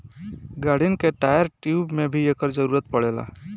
गाड़िन के tyre, tube में भी एकर जरूरत पड़ेला